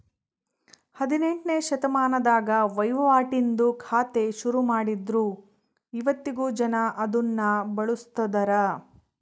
ಹದಿನೆಂಟ್ನೆ ಶತಮಾನದಾಗ ವಹಿವಾಟಿಂದು ಖಾತೆ ಶುರುಮಾಡಿದ್ರು ಇವತ್ತಿಗೂ ಜನ ಅದುನ್ನ ಬಳುಸ್ತದರ